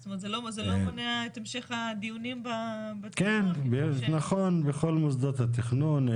זה לא מונע האת המשך, נכון, בכל מוסדות התכנון.